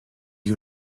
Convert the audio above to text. you